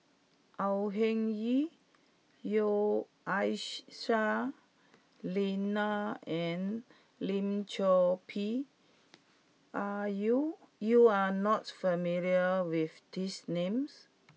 Au Hing Yee Aisyah Lyana and Lim Chor Pee are you you are not familiar with these names